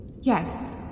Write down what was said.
Yes